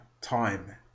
time